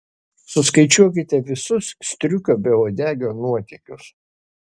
suskaičiuokite visus striukio beuodegio nuotykius